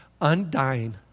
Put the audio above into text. undying